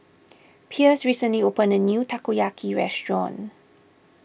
Pierce recently opened a new Takoyaki restaurant